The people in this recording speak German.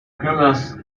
kümmerst